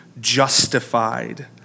Justified